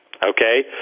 Okay